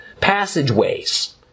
passageways